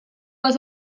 les